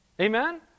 Amen